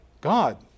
God